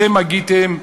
אתם הגיתם,